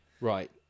Right